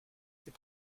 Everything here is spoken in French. ses